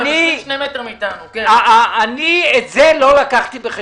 אני את זה לא לקחתי בחשבון,